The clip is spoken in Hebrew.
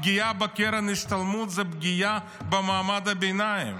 הפגיעה בקרן השתלמות זה פגיעה במעמד הביניים.